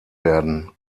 werden